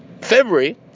February